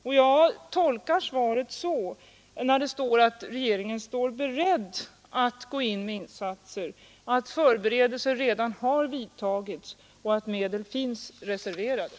När det i svaret står att regeringen är beredd att gå in med insatser tolkar jag detta så att förberedelser redan har vidtagits och att medel finns reserverade.